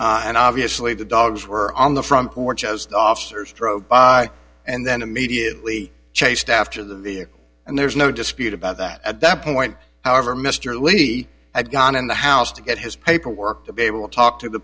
and obviously the dogs were on the front porch as the officers drove by and then immediately chased after the vehicle and there's no dispute about that at that point however mr levy had gone in the house to get his paper work to be able to talk to the